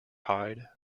hide